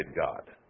God